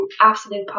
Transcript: absolute